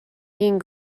گین